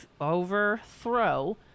overthrow